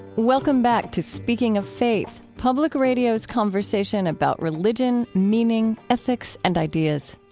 welcome back to speaking of faith, public radio's conversation about religion, meaning, ethics, and ideas.